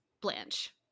Blanche